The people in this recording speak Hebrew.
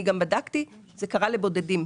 אני גם בדקתי וזה קרה לבודדים.